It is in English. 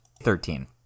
Thirteen